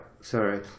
Sorry